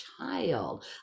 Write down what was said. child